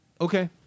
Okay